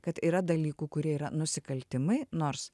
kad yra dalykų kurie yra nusikaltimai nors